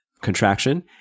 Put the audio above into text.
contraction